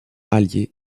alliés